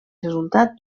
resultat